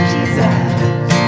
Jesus